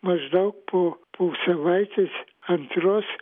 maždaug po po savaitės antros